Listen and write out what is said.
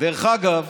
דרך אגב,